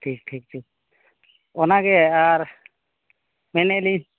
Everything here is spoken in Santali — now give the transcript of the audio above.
ᱴᱷᱤᱠ ᱴᱷᱤᱠ ᱴᱷᱤᱠ ᱚᱱᱟᱜᱮ ᱟᱨ ᱢᱮᱱᱮᱫᱼᱟ ᱞᱤᱧ